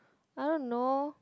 I don't know